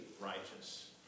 righteous